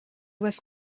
was